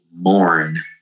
mourn